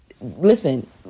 Listen